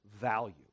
value